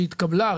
שהתקבלה.